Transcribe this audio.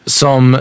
som